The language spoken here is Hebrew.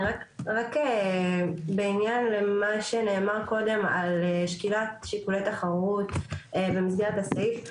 רק בעניין מה שנאמר קודם כל שקילת שיקולי תחרות במסגרת הסעיף: